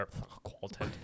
Quality